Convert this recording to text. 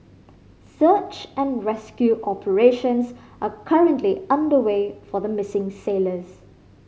search and rescue operations are currently underway for the missing sailors